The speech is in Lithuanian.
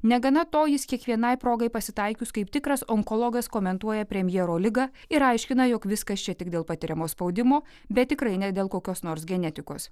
negana to jis kiekvienai progai pasitaikius kaip tikras onkologas komentuoja premjero ligą ir aiškina jog viskas čia tik dėl patiriamo spaudimo bet tikrai ne dėl kokios nors genetikos